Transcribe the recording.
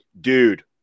dude